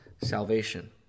salvation